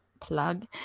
plug